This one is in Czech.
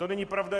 To není pravda.